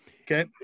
Okay